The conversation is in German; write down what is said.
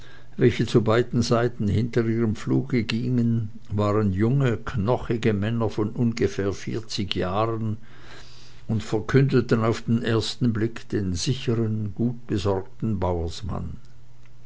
welche zu beiden seiten hinter ihrem pfluge gingen waren lange knochige männer von ungefähr vierzig jahren und verkündeten auf den ersten blick den sichern gutbesorgten bauersmann